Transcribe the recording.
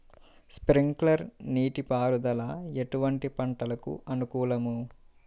Sprinkler నీటిపారుదల ఎటువంటి పంటలకు అనుకూలము?